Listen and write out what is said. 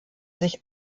sich